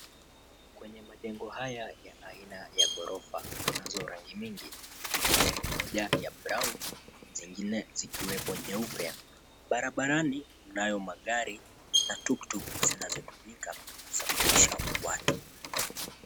Kwenye majengo haya ya aina ya ghorofa mnazo rangi mingi na brown , zingine zikiwa ikiwepo nyeupe. Barabarani mnayo magari na tuktuk zinazotumika kusafirisha watu.